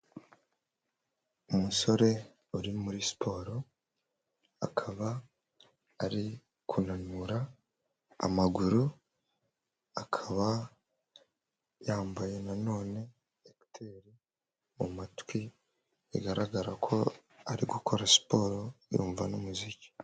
Umusore uri muri siporo, akaba ari kunanura amaguru, akaba yambaye na none ekuteri mu matwi, bigaragara ko ari gukora siporo, yumva n'umuziki.